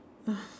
oh